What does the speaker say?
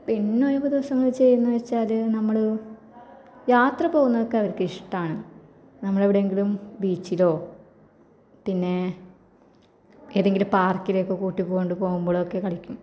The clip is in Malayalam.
പിന്നൊഴിവ് ദിവസമെന്തു ചെയ്യുന്നത് വെച്ചാൽ നമ്മൾ യാത്ര പോകുന്നതൊക്കെ അവർക്കിഷ്ടമാണ് നമ്മളെവിടെയെങ്കിലും ബീച്ചിലോ പിന്നെ ഏതെങ്കിലും പാര്ക്കിലൊക്കെ കൂട്ടിക്കൊണ്ടു പോകുമ്പോളൊക്കെ കളിക്കും